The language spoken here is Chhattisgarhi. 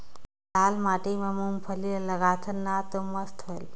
लाल माटी म मुंगफली के लगाथन न तो मस्त होयल?